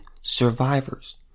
survivors